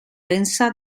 densa